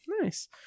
nice